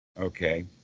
Okay